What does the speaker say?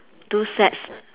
two sets